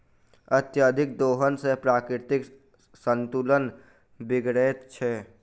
अत्यधिक दोहन सॅ प्राकृतिक संतुलन बिगड़ैत छै